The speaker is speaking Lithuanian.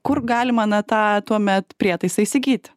kur galima na tą tuomet prietaisą įsigyti